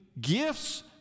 gifts